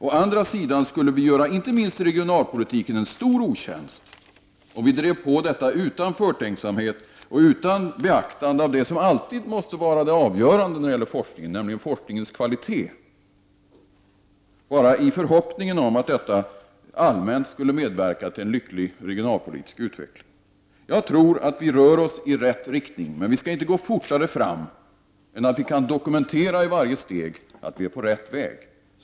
Å andra sidan skulle vi göra inte minst regionalpolitiken en stor otjänst om vi drev på detta utan förtänksamhet och utan beaktande av det som alltid måste vara det avgörande när det gäller forskningen, nämligen forskningens kvalitet, bara i förhoppningen om att detta allmänt skulle medverka till en lycklig regionalpolitisk utveckling. Jag tror att vi rör oss i rätt riktning, men vi skall inte gå fortare fram än att vi i varje steg kan dokumentera att vi är på rätt väg.